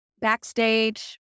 backstage